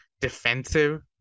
defensive